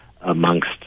amongst